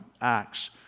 Acts